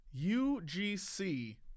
UGC